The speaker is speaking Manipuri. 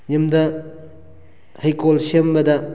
ꯌꯨꯝꯗ ꯍꯩꯀꯣꯜ ꯁꯦꯝꯕꯗ